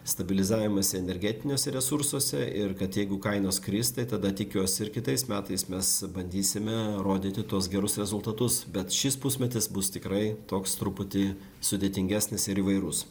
stabilizavimąsi energetiniuose resursuose ir kad jeigu kainos kris tai tada tikiuosi ir kitais metais mes bandysime rodyti tuos gerus rezultatus bet šis pusmetis bus tikrai toks truputį sudėtingesnis ir įvairus